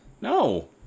no